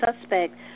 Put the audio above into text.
suspect